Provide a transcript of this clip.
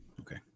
Okay